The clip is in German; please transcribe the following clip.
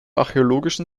archäologischen